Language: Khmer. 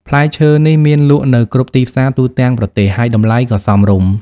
ផ្លែឈើនេះមានលក់នៅគ្រប់ទីផ្សារទូទាំងប្រទេស ហើយតម្លៃក៏សមរម្យ។